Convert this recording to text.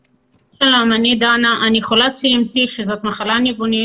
שלום, אני דנה, אני חולת CMP שזאת מחלה ניוונית.